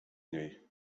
niej